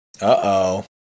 uh-oh